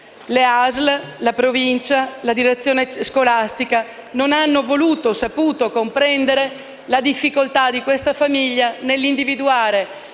Le ASL, la Provincia, la direzione scolastica non hanno voluto, o saputo, comprendere la difficoltà di questa famiglia nei